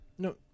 No